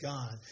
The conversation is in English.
God